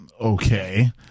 okay